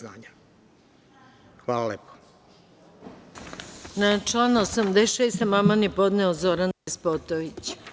Na član 86. amandman je podneo Zoran Despotović.